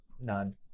none